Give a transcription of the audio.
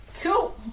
Cool